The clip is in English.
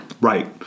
Right